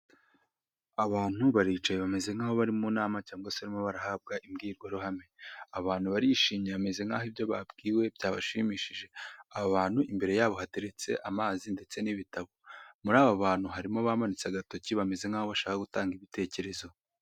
Abantu baricaye bameze nk'aho bari mu nama cyangwa se barimo barahabwa imbwirwaruhame. Aba bantu barishimye bameze nk'aho ibyo babwiwe byabashimishije. Aba bantu imbere yabo hateretse amazi ndetse n'ibitabo . Muri aba bantu harimo abamanitse intoki, bameze nk'aho bashaka gutanga ibitekerezo.